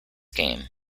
game